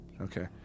Okay